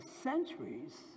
centuries